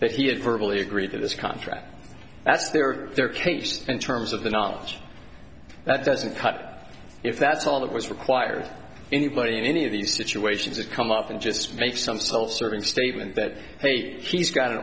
that he had virtually agreed to this contract that's their their case and terms of the knowledge that doesn't cut if that's all that was required anybody in any of these situations that come up and just make some self serving statement that hey he's got an